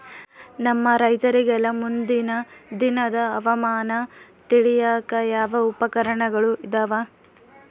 ನಮ್ಮ ರೈತರಿಗೆಲ್ಲಾ ಮುಂದಿನ ದಿನದ ಹವಾಮಾನ ತಿಳಿಯಾಕ ಯಾವ ಉಪಕರಣಗಳು ಇದಾವ?